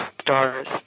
stars